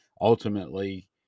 ultimately